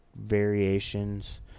variations